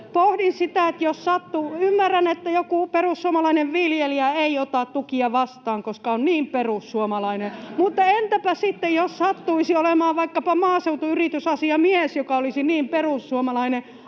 ryhmästä: Ei todellakaan!] Ymmärrän, että joku perussuomalainen viljelijä ei ota tukia vastaan, koska on niin perussuomalainen, [Naurua — Välihuutoja] mutta entäpä sitten, jos sattuisi olemaan vaikkapa maaseutuyritysasiamies, joka olisi niin perussuomalainen: